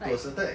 like